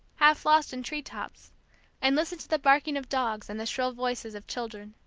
half lost in tree-tops and listened to the barking of dogs, and the shrill voices of children.